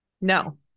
No